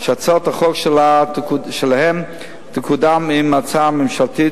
שהצעות החוק שלהם יקודמו עם ההצעה הממשלתית